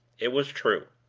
it was true.